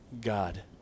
God